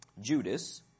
Judas